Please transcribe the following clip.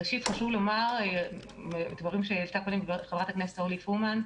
ראשית אגיב לדברים של חברת הכנסת פרומן: